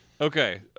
Okay